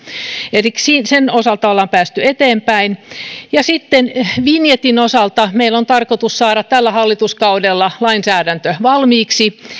eli sen osalta ollaan päästy eteenpäin sitten vinjetin osalta meillä on tarkoitus saada tällä hallituskaudella lainsäädäntö valmiiksi